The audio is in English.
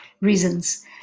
reasons